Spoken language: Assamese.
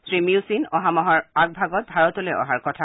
শ্ৰীমিউছিন অহা মাহৰ আগভাগত ভাৰতলৈ অহাৰ কথা